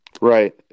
Right